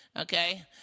okay